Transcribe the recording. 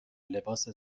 لباس